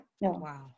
Wow